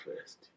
first